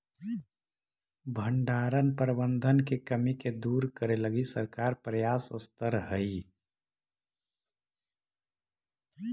भण्डारण प्रबंधन के कमी के दूर करे लगी सरकार प्रयासतर हइ